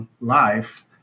life